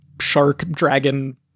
shark-dragon